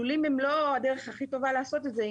לולים הם לא הדרך הכי טובה לעשות את זה.